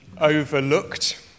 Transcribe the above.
overlooked